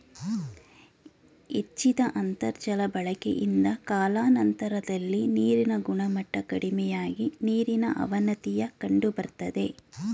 ಹೆಚ್ಚಿದ ಅಂತರ್ಜಾಲ ಬಳಕೆಯಿಂದ ಕಾಲಾನಂತರದಲ್ಲಿ ನೀರಿನ ಗುಣಮಟ್ಟ ಕಡಿಮೆಯಾಗಿ ನೀರಿನ ಅವನತಿಯ ಕಂಡುಬರ್ತದೆ